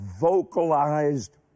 vocalized